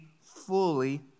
fully